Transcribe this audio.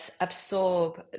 absorb